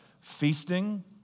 Feasting